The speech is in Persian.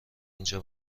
اینجا